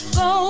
go